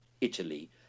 Italy